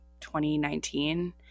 2019